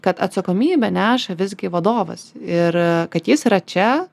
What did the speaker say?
kad atsakomybę neša visgi vadovas ir kad jis yra čia